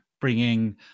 bringing